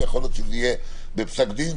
ויכול להיות שזה יהיה בפסק דין,